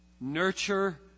Nurture